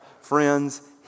Friends